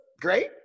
great